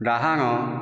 ଡାହାଣ